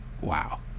Wow